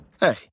hey